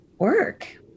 work